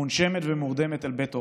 מונשמת ומורדמת, אל בית הוריי.